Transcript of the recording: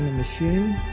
machine